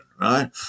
right